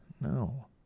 No